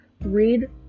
read